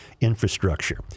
infrastructure